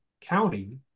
county